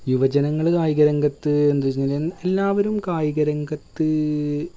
യുവജനങ്ങൾ കായികരംഗത്ത് എന്തോച്ച് വെച്ചാൽ എല്ലാവരും കായിക രംഗത്ത്